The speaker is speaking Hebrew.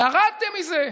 ירדתם מזה.